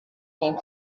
came